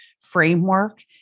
framework